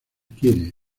quiere